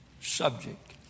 subject